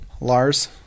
Lars